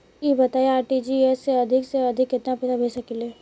ई बताईं आर.टी.जी.एस से अधिक से अधिक केतना पइसा भेज सकिले?